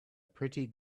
pretty